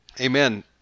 Amen